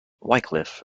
wycliffe